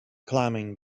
climbing